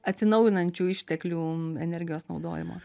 atsinaujinančių išteklių energijos naudojimo